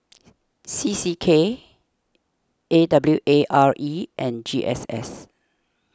C C K A W A R E and G S S